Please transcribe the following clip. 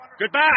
Goodbye